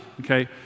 Okay